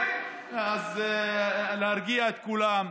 אז להרגיע את כולם,